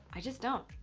i just don't.